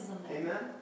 Amen